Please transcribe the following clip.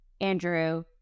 Andrew